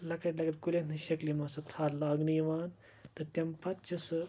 لَکٕٹۍ لَکٕٹۍ کُلیٚن ہٕنٛدۍ شَکلہِ مَنٛز سۄ تھَل لاگنہٕ یِوان تہٕ تمہِ پَتہٕ چھِ سۄ